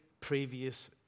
previous